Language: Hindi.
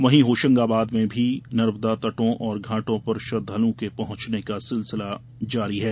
वहीं होशंगाबाद में भी नर्मदातटों और घाटों पर श्रद्वालुओं के पहंचने का सिलसिला जारी है